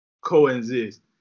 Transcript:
coexist